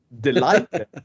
delighted